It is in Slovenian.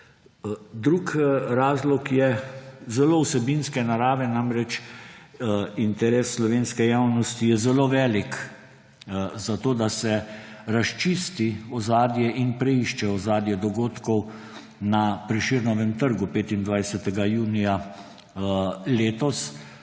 Drugi razlog je zelo vsebinske narave. Namreč interes slovenske javnosti je zelo velik, zato da se razčisti ozadje in preišče ozadje dogodkov na Prešernovem trgu 25. junija letos